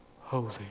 holy